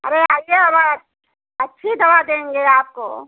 अरे आईए अब अच्छी दवा देंगे आपको